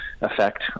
effect